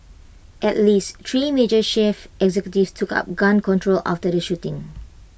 at least three major chief executives took up gun control after the shooting